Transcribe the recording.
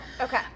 okay